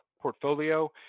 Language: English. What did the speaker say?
portfolio